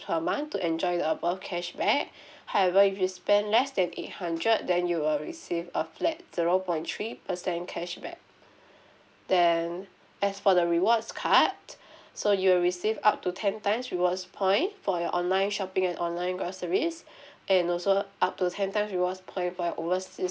per month to enjoy the above cashback however if you spent less than eight hundred then you will receive a flat zero point three percent cashback then as for the rewards card so you will receive up to ten times rewards point for your online shopping and online groceries and also up to ten times rewards point for overseas